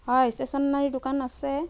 হয় ষ্টেচনাৰী দোকান আছে